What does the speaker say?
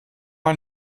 man